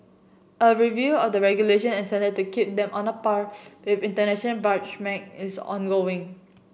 a review of the regulation and standard to keep them on a par with international is ongoing